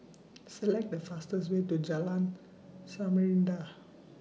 Select The fastest Way to Jalan Samarinda